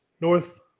North